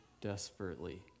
desperately